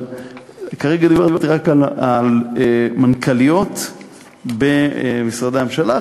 כרגע דיברתי רק על מנכ"ליות במשרדי הממשלה,